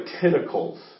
tentacles